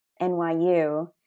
NYU